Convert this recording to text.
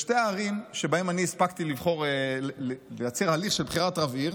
בשתי הערים שבהן אני הספקתי לייצר הליך של בחירת רב עיר,